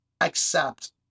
accept